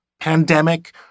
pandemic